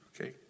Okay